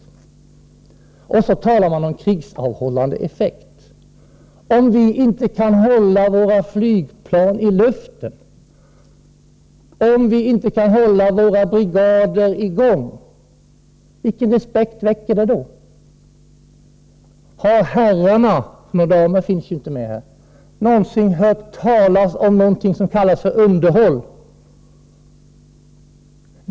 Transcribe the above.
Och så talar man om krigsavhållande effekt. Om vi inte kan hålla våra flygplan i luften, om vi inte kan hålla våra brigader i gång — vilken respekt väcker det då? Har herrarna — några damer finns ju inte med här — någonsin hört talas om någonting som kallas för underhåll?